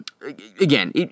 Again